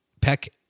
Peck